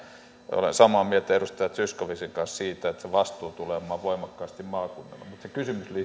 olen samaa mieltä edustaja zyskowiczin kanssa siitä että vastuu tulee olemaan voimakkaasti maakunnilla mutta se kysymys liittyy